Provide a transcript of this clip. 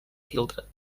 filtre